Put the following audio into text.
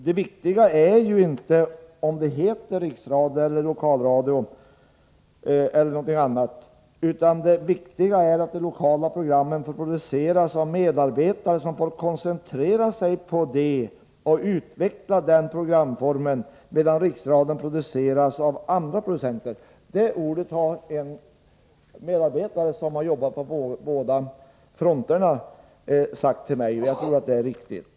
Det viktiga är inte om det heter riksradio eller lokalradio eller något annat, utan det viktiga är att de lokala programmen får produceras av medarbetare som kan koncentrera sig på det och utveckla den programformen, medan riksradioprogrammen produceras av andra producenter. — Detta har en medarbetare som jobbat på båda fronterna sagt till mig, och jag tror att det är riktigt.